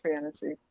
fantasy